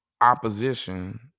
opposition